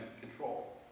control